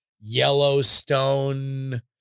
Yellowstone